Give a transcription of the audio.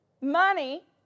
money